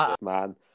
man